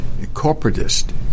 corporatist